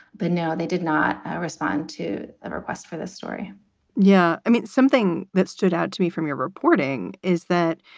but no, they did not respond to a request for this story yeah, i mean, something that stood out to me from your reporting is that